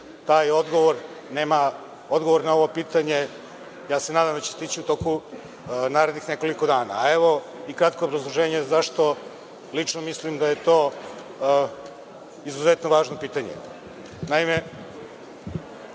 poslova. Odgovor na ovo pitanje, ja se nadam da će stići u toku narednih nekoliko dana. A evo i kratko obrazloženje zašto lično mislim da je to izuzetno važno pitanje.